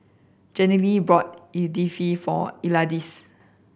Jenilee bought Idili for Isaias